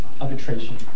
arbitration